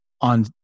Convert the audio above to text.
on